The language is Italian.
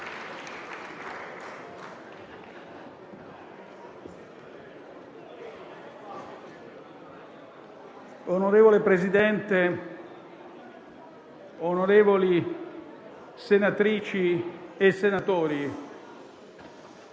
Signor Presidente, onorevoli senatrici e senatori,